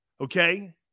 okay